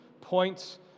points